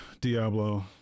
Diablo